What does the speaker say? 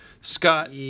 Scott